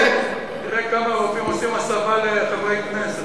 תראה כמה רופאים עושים הסבה לחברי כנסת.